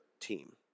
team